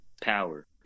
power